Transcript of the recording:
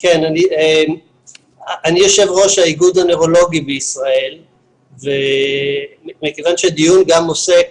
אני יושב ראש האיגוד הנוירולוגי בישראל ומכיוון שהדיון גם עוסק